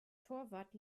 torwart